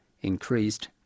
increased